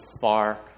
far